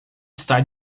está